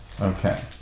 Okay